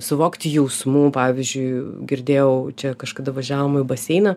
suvokti jausmų pavyzdžiui girdėjau čia kažkada važiavom į baseiną